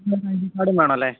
I D കാർഡും വേണമല്ലേ